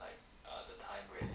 like err the time where